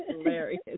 hilarious